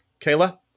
Kayla